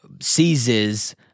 seizes